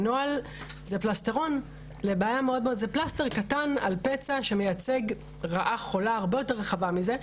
הנוהל זה פלסטר קטן על פצע שמייצג רעה חולה הרבה יותר רחבה מזה,